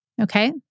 Okay